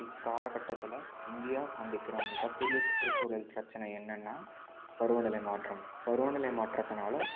இக்காலகட்டத்தில் India சந்திக்கிற மிகப்பெரிய சுற்றுச்சூழல் பிரச்சினை என்னன்னா பருவநிலை மாற்றம் பருவநிலை மாற்றத்தினால்